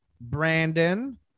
Brandon